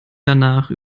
danach